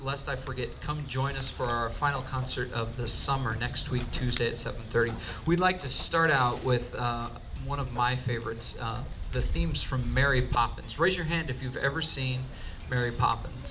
forget come join us for our final concert of the summer next week tuesday at seven thirty we'd like to start out with one of my favorites the themes from mary poppins raise your hand if you've ever seen mary poppins